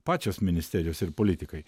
pačios ministerijos ir politikai